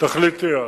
תחליטי את.